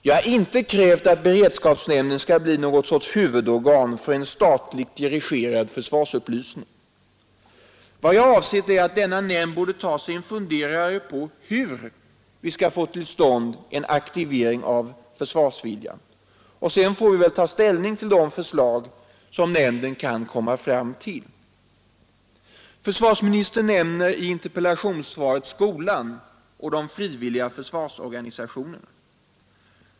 Jag har inte krävt att denna skall bli något sorts huvudorgan för en statligt dirigerad försvarsupplysning. Vad jag avsett är att denna nämnd borde ta sig en funderare på hur vi skall få till stånd en aktivering av försvarsviljan. Sedan får vi ta ställning till de förslag som nämnden kan komma fram till. Försvarsministern nämner i interpellationssvaret skolan och de frivilliga försvarsorganisationerna.